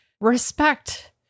respect